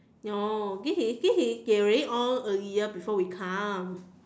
no this is this is they already on earlier before we come